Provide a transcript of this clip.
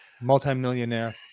multimillionaire